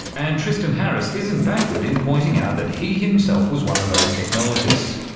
and tristan harris isn't backward in pointing out that he himself was one of those technologists.